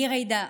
אני ג'ידא,